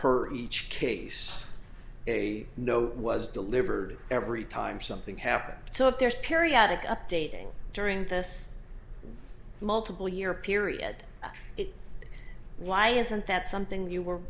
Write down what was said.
per each case a note was delivered every time something happened so if there's periodic updating during fests multiple year period it why isn't that something you were